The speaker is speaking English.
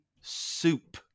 soup